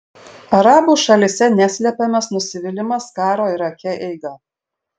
arabų šalyse neslepiamas nusivylimas karo irake eiga